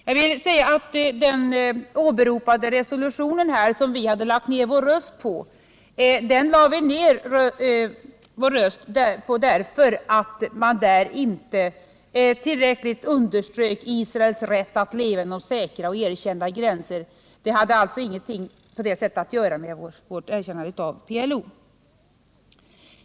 När det gäller den åberopade resolutionen, så lade vi ner vår röst därför att resolutionen inte tillräckligt underströk Israels rätt att leva inom säkra och erkända gränser. Det hade alltså ingenting att göra med vårt erkännande av PLO.